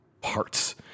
parts